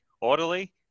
Orderly